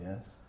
yes